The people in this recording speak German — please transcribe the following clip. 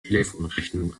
telefonrechnung